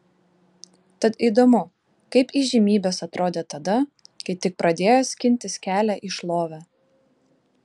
tad įdomu kaip įžymybės atrodė tada kai tik pradėjo skintis kelią į šlovę